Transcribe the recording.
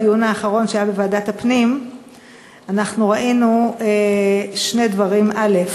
בדיון האחרון שהיה בוועדת הפנים ראינו שני דברים: א.